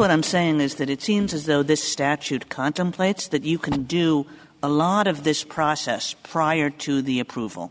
what i'm saying is that it seems as though the statute contemplates that you can do a lot of this process prior to the approval